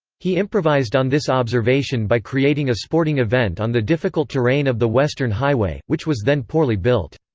he improvised on this observation by creating a sporting event on the difficult terrain of the western highway, which was then poorly built.